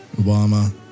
Obama